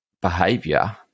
behavior